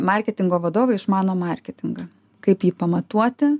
marketingo vadovai išmano marketingą kaip jį pamatuoti